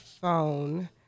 phone